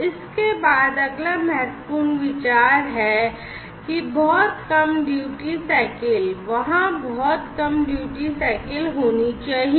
इसके बाद अगला महत्वपूर्ण विचार यह है कि बहुत कम duty cycle वहाँ बहुत कम duty cycle होनी चाहिए